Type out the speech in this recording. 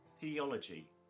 Theology